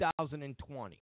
2020